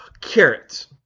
Carrots